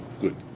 good